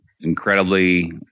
incredibly